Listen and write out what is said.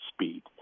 speed